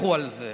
לכו על זה.